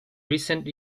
recent